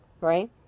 right